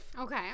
Okay